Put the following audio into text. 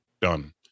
done